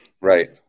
Right